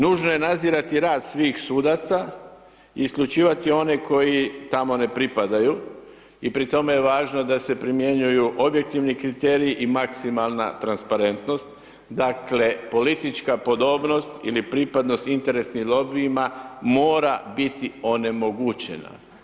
Nužno je nadzirati rad svih sudaca, isključivati one koji tamo ne pripadaju i pri tome je važno da se primjenjuju objektivni kriteriji i maksimalna transparentnost dakle, politička podobnost ili pripadnost interesnim lobijima mora biti onemogućena.